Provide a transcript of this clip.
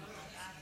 לוועדת הכלכלה